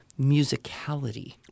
musicality